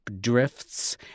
drifts